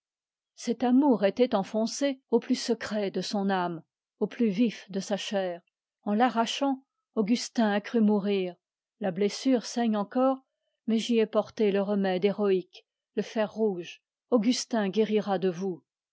cet amour était enfoncé au plus secret de son âme au plus vif de sa chair en l'arrachant augustin a cru mourir la blessure saigne encore mais j'y ai porté le fer rouge augustin guérira de vous